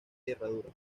herradura